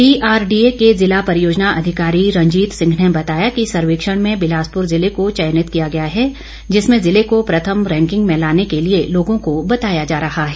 DRDA के जिला परियोजना अधिकारी रंजीत सिंह ने बताया कि सर्वेक्षण में बिलासपुर ज़िले को चयनित किया गया जिसमें ज़िले को प्रथम रैंकिंग में लाने के लिए लोगों को बताया जा रहा है